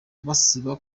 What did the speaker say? basiba